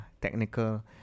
technical